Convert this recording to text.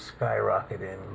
skyrocketing